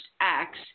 acts